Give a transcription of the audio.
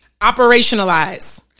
Operationalize